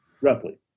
Roughly